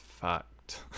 fucked